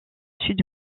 sud